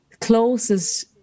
closest